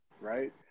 right